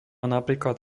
napríklad